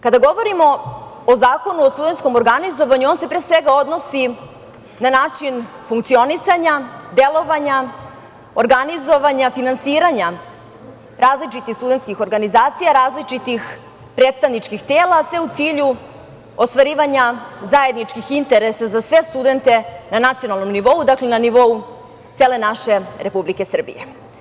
Kada govorimo o Zakonu o studentskom organizovanju, on se pre svega odnosi na način funkcionisanja, delovanja, organizovanja, finansiranja različitih studentskih organizacija, različitih predstavničkih tela, a sve u cilju ostvarivanja zajedničkih interesa za sve studente na nacionalnom nivou, dakle na nivou cele naše Republike Srbije.